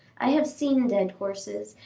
i have seen dead horses,